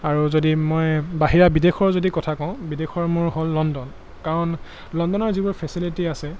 আৰু যদি মই বাহিৰা বিদেশৰ যদি কথা কওঁ বিদেশৰ মোৰ হ'ল লণ্ডন কাৰণ লণ্ডনৰ যিবোৰ ফেচিলিটি আছে